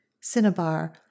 cinnabar